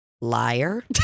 Liar